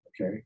Okay